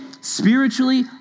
spiritually